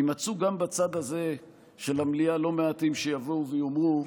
יימצאו גם בצד הזה של המלאה לא מעט אנשים שיבואו ויאמרו: